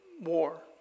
war